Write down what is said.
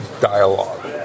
dialogue